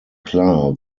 klar